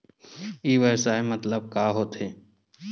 ई व्यवसाय मतलब का होथे?